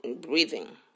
breathing